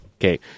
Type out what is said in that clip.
okay